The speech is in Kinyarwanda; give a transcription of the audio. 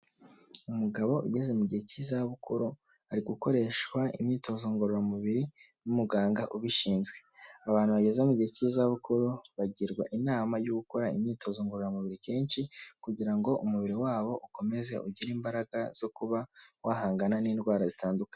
Umugabo ugeze mu gihe cy'izabukuru, ari gukoreshwa imyitozo ngororamubiri n'umuganga ubishinzwe, abantu bageze mu gihe cy'izabukuru bagirwa inama yo gukora imyitozo ngororamubiri kenshi, kugira ngo umubiri wabo ukomeze ugire imbaraga zo kuba wahangana n'indwara zitandukanye.